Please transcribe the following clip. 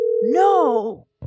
No